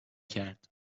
کرد